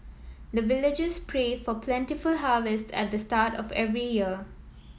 the villagers pray for plentiful harvest at the start of every year